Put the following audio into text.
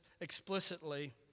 explicitly